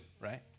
right